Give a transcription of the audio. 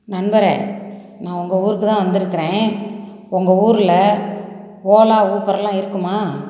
நண்பரே நான் உங்கள் ஊருக்குதான் வந்திருக்குறேன் உங்கள் ஊரில் ஓலா உபரெலாம் இருக்குமா